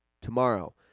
tomorrow